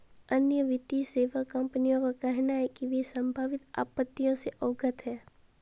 अन्य वित्तीय सेवा कंपनियों का कहना है कि वे संभावित आपत्तियों से अवगत हैं